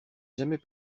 jamais